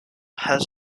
has